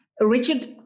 Richard